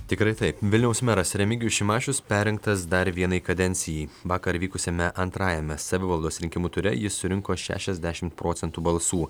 tikrai taip vilniaus meras remigijus šimašius perrinktas dar vienai kadencijai vakar vykusiame antrajame savivaldos rinkimų ture jis surinko šešiasdešim procentų balsų